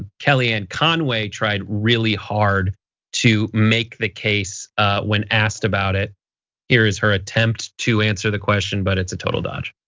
kellyanne conway tried really hard to make the case when asked about it. here is her attempt to answer the question but it's a total dodge.